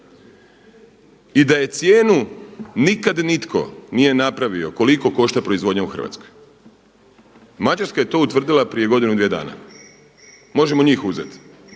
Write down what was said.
i da cijenu nikad nitko nije napravio koliko košta proizvodnja u Hrvatskoj. Mađarska je to utvrdila prije godinu, dvije dana. Možemo njih uzeti.